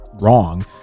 wrong